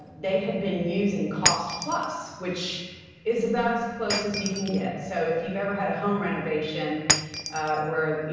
they had been using cost plus, which is about as close as you can get. so, if you've ever had a home renovation where, you